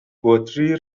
بطری